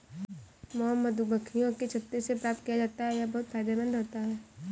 mom मधुमक्खियों के छत्ते से प्राप्त किया जाता है यह बहुत फायदेमंद होता है